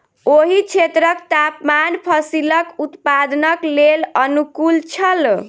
ओहि क्षेत्रक तापमान फसीलक उत्पादनक लेल अनुकूल छल